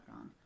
on